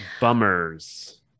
bummers